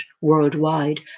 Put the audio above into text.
worldwide